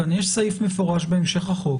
יש סעיף מפורש בהמשך החוק